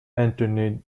anthony